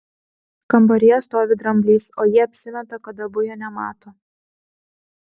kambaryje stovi dramblys o jie apsimeta kad abu jo nemato